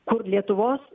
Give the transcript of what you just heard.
kur lietuvos